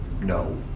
No